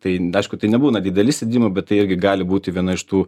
tai aišku tai nebūna dideli sėdimai bet tai irgi gali būti viena iš tų